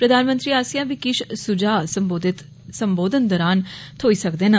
प्रधानमंत्री आस्सेआ बी किश सुझा संबोधिन दौरान थ्होई सकदे न